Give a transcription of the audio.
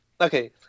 Okay